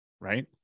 Right